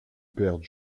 père